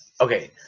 Okay